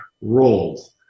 roles